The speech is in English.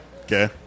Okay